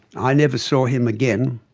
i never saw him again.